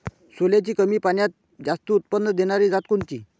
सोल्याची कमी पान्यात जास्त उत्पन्न देनारी जात कोनची?